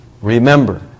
remember